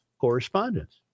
Correspondence